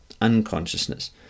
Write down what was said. unconsciousness